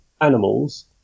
animals